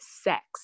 sex